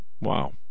wow